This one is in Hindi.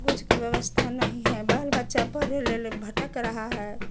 कुछ का व्यवस्था नहीं है बाल बच्चा पर ले ले भटक रहा है